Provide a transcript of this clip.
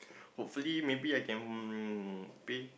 hopefully maybe I can pay